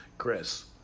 Chris